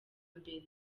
mbere